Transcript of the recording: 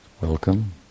Welcome